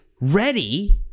ready